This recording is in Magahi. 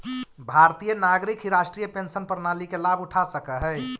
भारतीय नागरिक ही राष्ट्रीय पेंशन प्रणाली के लाभ उठा सकऽ हई